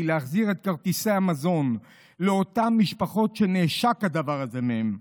להחזיר את כרטיסי המזון לאותן משפחות שהדבר הזה נעשק מהן,